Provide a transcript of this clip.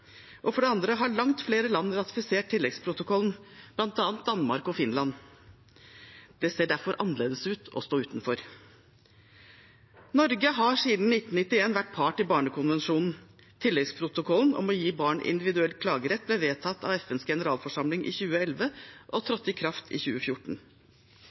og for det andre har langt flere land ratifisert tilleggsprotokollen, bl.a. Danmark og Finland. Det ser derfor annerledes ut å stå utenfor. Norge har siden 1991 vært part i barnekonvensjonen. Tilleggsprotokollen om å gi barn individuell klagerett ble vedtatt av FNs generalforsamling i 2011 og trådte i kraft i 2014.